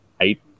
eight